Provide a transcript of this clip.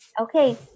Okay